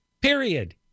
Period